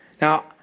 Now